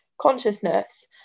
consciousness